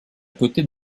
côté